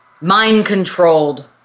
mind-controlled